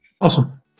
Awesome